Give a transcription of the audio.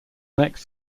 next